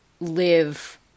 live